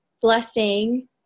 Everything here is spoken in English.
blessing